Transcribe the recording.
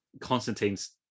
Constantine's